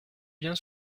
bien